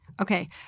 Okay